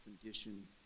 condition